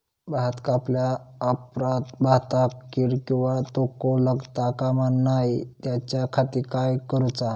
भात कापल्या ऑप्रात भाताक कीड किंवा तोको लगता काम नाय त्याच्या खाती काय करुचा?